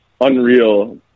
unreal